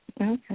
Okay